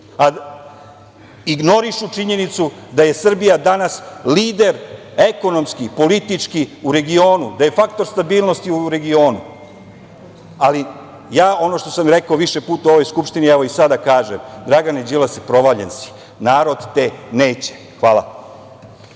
ignorišu činjenicu da je Srbijadanas lider ekonomski, politički u regionu, da je faktor stabilnosti u regionu. Ali ja ono što sam rekao više puta u ovoj Skupštini, evo i sada kažem – Dragane Đilase, provaljen si, narod te neće. Hvala.